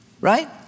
right